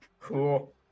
cool